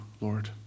Lord